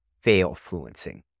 fail-fluencing